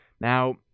Now